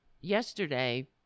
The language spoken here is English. yesterday